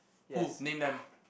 who name them